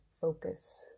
focus